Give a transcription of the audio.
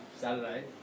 Saturday